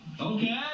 Okay